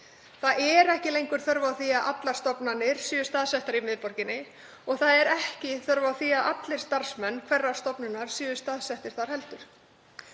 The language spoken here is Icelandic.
Það er ekki lengur þörf á því að allar stofnanir séu staðsettar í miðborginni og það er ekki þörf á því að allir starfsmenn hverrar stofnunar séu staðsettir þar heldur.